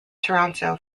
toronto